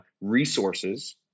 resources